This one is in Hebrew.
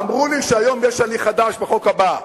אמרו לי שהיום יש הליך חדש בחוק הבא,